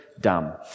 dumb